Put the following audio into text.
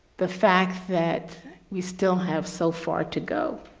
the fact that we still have so far to go.